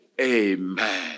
Amen